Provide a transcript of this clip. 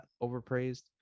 overpraised